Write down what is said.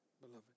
beloved